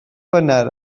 gwener